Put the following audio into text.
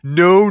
no